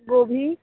गोभी